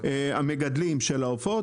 המגדלים של העופות,